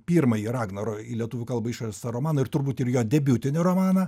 pirmąjį ragnaro į lietuvių kalbą išverstą romaną ir turbūt ir jo debiutinį romaną